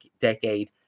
decade